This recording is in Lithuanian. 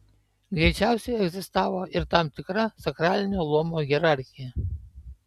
greičiausiai egzistavo ir tam tikra sakralinio luomo hierarchija